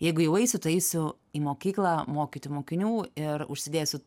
jeigu jau eisiu tai eisiu į mokyklą mokyti mokinių ir užsidėsiu